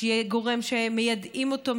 שיהיה גורם שמיידעים אותו,